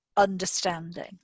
understanding